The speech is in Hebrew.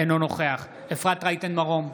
אינו נוכח אפרת רייטן מרום,